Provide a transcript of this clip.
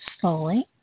slowly